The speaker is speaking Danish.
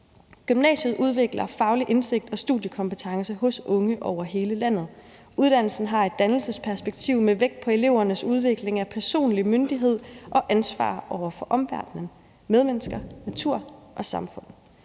»Gymnasiet udvikler faglig indsigt og studiekompetence hos unge over hele landet. Uddannelsen har et dannelsesperspektiv med vægt på elevernes udvikling af personlig myndighed og ansvar over for omverdenen: medmennesker, natur og samfund.